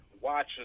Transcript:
watch